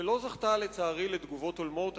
ולא זכתה, לצערי, לתגובות הולמות.